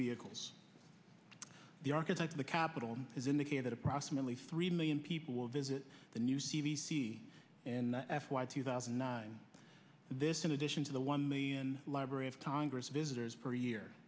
vehicles the archetype of the capital is indicated approximately three million people will visit the new c v c and f y two thousand and nine this in addition to the one million library of congress visitors per year